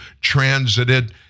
transited